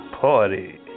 party